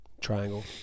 Triangle